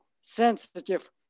sensitive